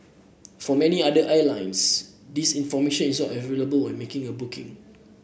for many other airlines this information is not available when making a booking